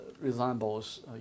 resembles